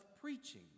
preaching